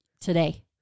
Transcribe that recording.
today